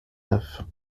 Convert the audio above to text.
neuf